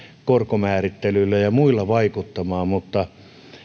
korkomäärittelyillä ja ja muilla vaikuttamaan